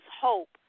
hope